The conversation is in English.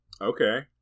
Okay